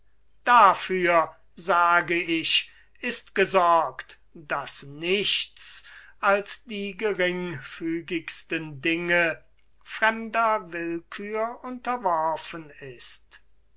dafür sage ich ist gesorgt daß nichts als die geringfügigsten dinge fremder willkür unterworfen ist